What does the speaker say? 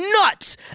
nuts